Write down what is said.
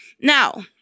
Now